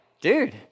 dude